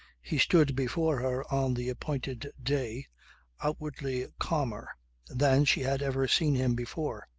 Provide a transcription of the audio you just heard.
he stood before her on the appointed day outwardly calmer than she had ever seen him before.